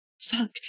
Fuck